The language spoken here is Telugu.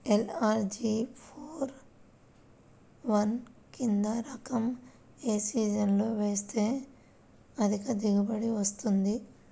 ఎల్.అర్.జి ఫోర్ వన్ కంది రకం ఏ సీజన్లో వేస్తె అధిక దిగుబడి వస్తుంది?